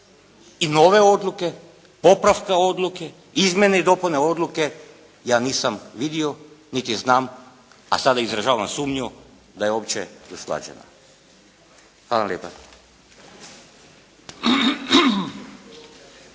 i nove odluke, popravka odluke, izmjene i dopune odluke ja nisam vidio niti znam, a sada izražavam sumnju da je uopće usklađena. Hvala lijepa.